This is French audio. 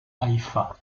haïfa